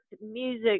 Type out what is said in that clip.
music